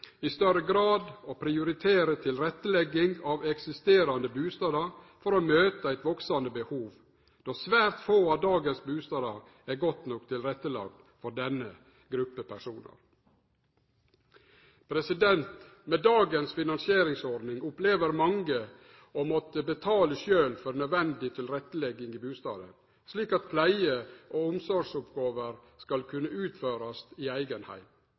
i større grad å prioritere tilrettelegging av eksisterande bustader for å møte eit veksande behov, då svært få av dagens bustader er godt nok tilrettelagde for denne gruppa personar. Med dagens finansieringsordning opplever mange å måtte betale sjølve for nødvendig tilrettelegging i bustaden, slik at pleie- og omsorgsoppgåver skal kunne utførast i eigen heim,